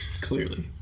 Clearly